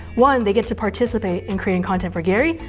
one, they get to participate in creating content for gary,